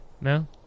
No